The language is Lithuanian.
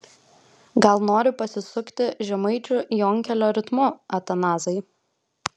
gal nori pasisukti žemaičių jonkelio ritmu atanazai